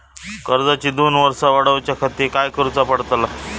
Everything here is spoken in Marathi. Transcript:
कर्जाची दोन वर्सा वाढवच्याखाती काय करुचा पडताला?